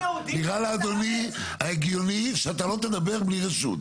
נראה לאדוני ההגיוני שאתה לא תדבר בלי רשות,